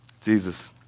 Jesus